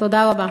תודה רבה.